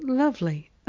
Lovely